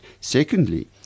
secondly